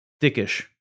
dickish